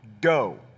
go